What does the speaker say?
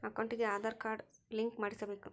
ಅಕೌಂಟಿಗೆ Aadhaar card link ಮಾಡಿಸಬೇಕು?